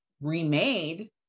remade